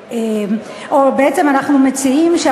כיצד ואיך ישלמו על הביטוח הסיעודי